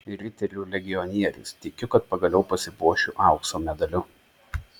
riterių legionierius tikiu kad pagaliau pasipuošiu aukso medaliu